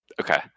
okay